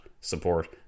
support